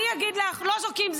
אני אגיד לך, לא זורקים.